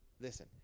Listen